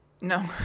No